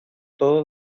todo